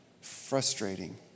frustrating